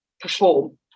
perform